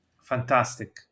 Fantastic